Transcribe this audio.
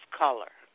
color